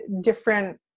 different